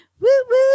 Woo-woo